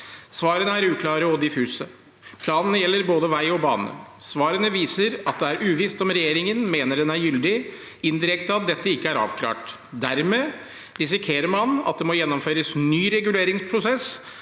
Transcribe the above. Svarene er uklare og diffuse. Planen gjelder både vei og bane. Svarene viser at det er uvisst om regjeringen mener den er gyldig, indirekte at dette ikke er avklart. Dermed risikerer man at det må gjennomføres ny reguleringsprosess